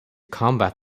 combat